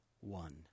one